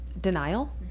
Denial